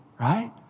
right